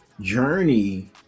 journey